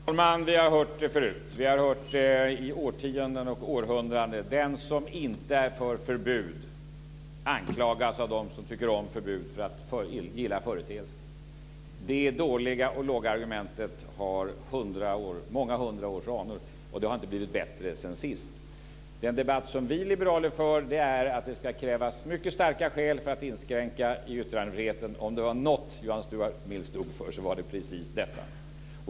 Fru talman! Vi har hört det förut. Vi har i årtionden och århundraden hört dem som inte är för förbud anklagas av dem som tycker om förbud för att gilla företeelsen. Det dåliga och låga argumentet har många hundra års anor, och det har inte blivit bättre sedan sist. Den debatt som vi liberaler för är att det ska krävas mycket starka skäl för att inskränka i yttrandefriheten. Om det var något som John Stuart Mill stod för så var det precis detta.